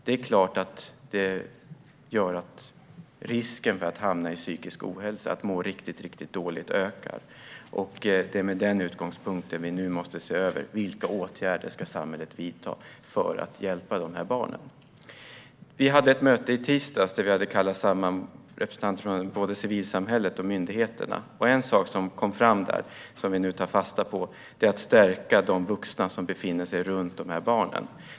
Det är klart att det gör att risken för att hamna i psykisk ohälsa och att må riktigt dåligt ökar. Det är med den utgångspunkten vi nu måste se över vilka åtgärder samhället ska vidta för att hjälpa dessa barn. Vi hade ett möte i tisdags då vi hade kallat samman representanter för både civilsamhället och myndigheterna. En sak som kom fram där och som vi nu tar fasta på är att stärka de vuxna som befinner sig runt de här barnen.